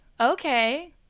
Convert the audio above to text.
okay